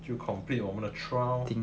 就 complete 我们的 trial